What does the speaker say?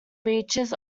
beaches